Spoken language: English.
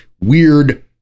weird